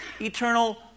eternal